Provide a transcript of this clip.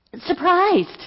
surprised